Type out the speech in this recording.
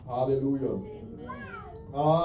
Hallelujah